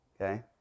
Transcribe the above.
okay